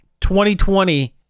2020